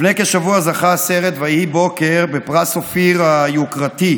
לפני כשבוע זכה הסרט "ויהי בוקר" בפרס אופיר היוקרתי,